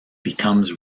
becomes